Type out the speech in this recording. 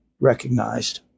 recognized